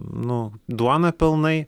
nu duoną pelnai